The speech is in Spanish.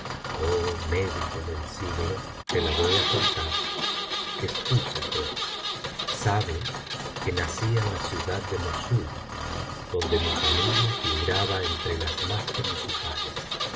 oh módico del siglo te la voy á contar escucha pues sabe que nací en la ciudad de mossul donde mi familia figuraba entre las más principales